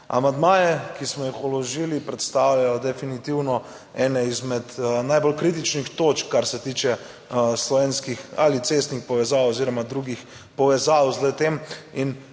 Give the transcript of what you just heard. Amandmaje, ki smo jih vložili predstavljajo definitivno ene izmed najbolj kritičnih točk kar se tiče slovenskih ali cestnih povezav oziroma drugih povezav z le tem